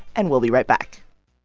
and we'll be right back